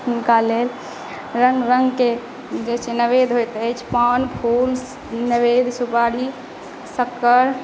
हुनका लेल रंग रंग के जे छै नैवेद्य होइत अछि पान कुश नैवेद्य सुपारी शक्कर